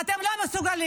ואתם לא מסוגלים.